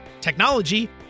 technology